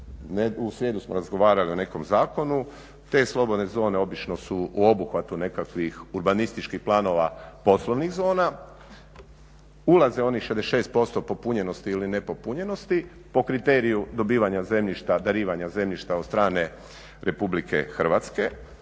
u srijedu smo razgovarali o nekom zakonu, te slobodne zone obično su u obuhvatu nekakvih urbanističkih planova poslovnih zona, ulaze u onih 66% popunjenosti ili nepopunjenosti po kriteriju dobivanja zemljišta, darivanja zemljišta od strane RH, ali sad